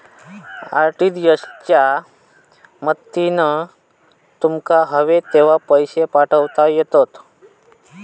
RTGS च्या मदतीन तुमका हवे तेव्हा पैशे पाठवता येतत